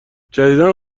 جدیدا